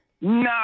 No